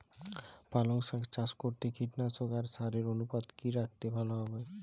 পালং শাক চাষ করতে কীটনাশক আর সারের অনুপাত কি রাখলে ভালো হবে?